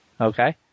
Okay